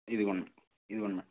ఇదిగోండి ఇదిగోండి మ్యాడం